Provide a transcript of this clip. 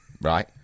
right